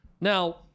Now